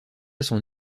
son